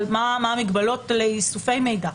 על מה המגבלות לאיסופי מידע.